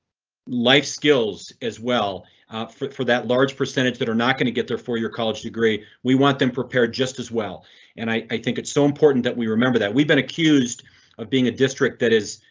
life skills as well for for that large percentage that are not going to get there for your college degree, we want them prepared just as well and i think it's so important that we remember that we've been accused of being a district that is,